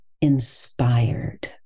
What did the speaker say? inspired